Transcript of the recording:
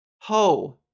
Ho